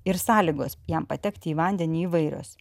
ir sąlygos jam patekti į vandenį įvairios